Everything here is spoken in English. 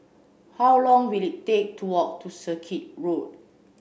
how long will it take to walk to Circuit Road